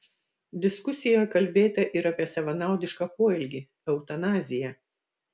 diskusijoje kalbėta ir apie savanaudišką poelgį eutanaziją